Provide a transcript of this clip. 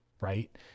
right